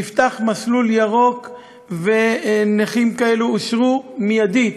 נפתח מסלול ירוק, ונכים כאלו אושרו מיידית,